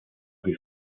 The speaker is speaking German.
wie